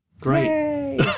great